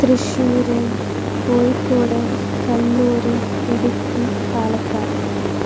Thrissur Kozhikode Kannur Idukki Palakkad